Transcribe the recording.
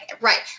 right